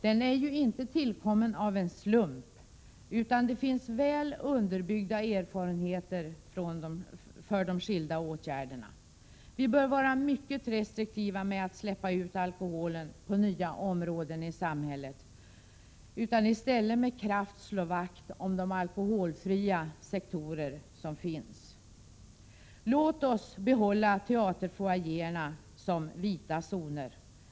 Den är ju inte tillkommen av en slump, utan det finns väl underbyggda erfarenheter för de skilda åtgärderna. Vi bör vara mycket restriktiva med att släppa ut alkoholen på nya områden i samhället, och vi bör med kraft slå vakt om de alkoholfria sektorer som finns. Låt teaterfoajéerna fortfarande få vara vita zoner.